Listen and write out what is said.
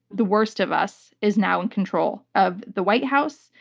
the worst of us is now in control of the white house,